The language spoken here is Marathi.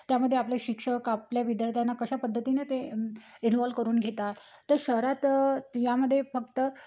त्यामध्ये आपले शिक्षक आपल्या विद्यार्थ्यांना कशा पद्धतीने ते इनवॉल्व्ह करून घेतात तर शहरात यामध्ये फक्त